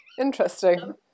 Interesting